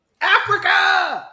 Africa